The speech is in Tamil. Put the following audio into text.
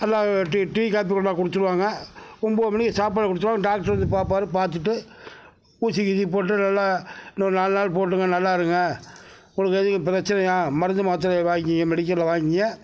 எல்லாம் டீ டீ காபி கொண்டாந்து கொடுத்துருவாங்க ஒம்பது மணிக்கு சாப்பாடு கொடுத்துருவாங்க டாக்ட்ரு வந்து பார்ப்பாரு பார்த்துட்டு ஊசி கீசி போட்டு நல்லா இன்னொரு நாலு நாள் போட்டுங்க நல்லா இருங்க உங்களுக்கு எதுவும் பிரச்சினையா மருந்து மாத்திரை வாங்கிக்கோங்க மெடிக்கலில் வாங்கிக்கோங்க